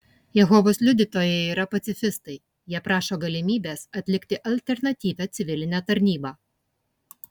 jehovos liudytojai yra pacifistai jie prašo galimybės atlikti alternatyvią civilinę tarnybą